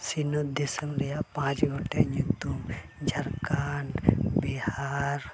ᱥᱤᱧᱚᱛ ᱫᱤᱥᱚᱢ ᱨᱮᱭᱟᱜ ᱯᱟᱸᱪ ᱜᱚᱴᱮᱡ ᱧᱩᱛᱩᱢ ᱡᱷᱟᱲᱠᱷᱚᱸᱰ ᱵᱤᱦᱟᱨ